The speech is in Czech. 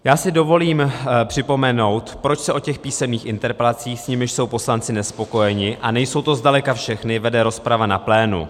Já si dovolím připomenout, proč se o těch písemných interpelacích, s nimiž jsou poslanci nespokojeni, a nejsou to zdaleka všechny, vede rozprava na plénu.